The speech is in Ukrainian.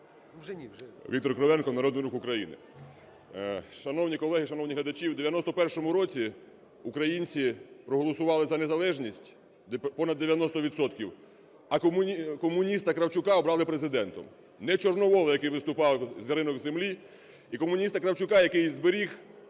Віктор Кривенко, Народний Рух України. Шановні колеги, шановні глядачі, в 91-му році українці проголосували за незалежність понад 90 відсотків, а комуніста Кравчука обрали Президентом. Не Чорновола, який виступав за ринок землі, а комуніста Кравчука, який зберіг